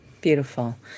Beautiful